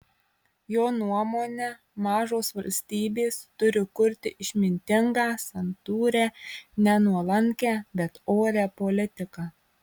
jo nuomone mažos valstybės turi kurti išmintingą santūrią ne nuolankią bet orią politiką